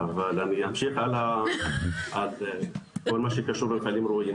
אבל אני אמשיך על כל מה שקשור למפעלים ראויים.